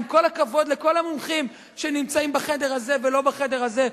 עם כל הכבוד לכל המומחים שנמצאים בחדר הזה ולא בחדר הזה,